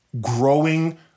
growing